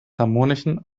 harmonischen